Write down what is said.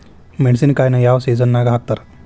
ಮೆಣಸಿನಕಾಯಿನ ಯಾವ ಸೇಸನ್ ನಾಗ್ ಹಾಕ್ತಾರ?